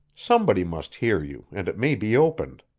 somebody must hear you, and it may be opened.